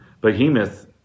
behemoth